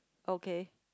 okay